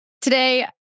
today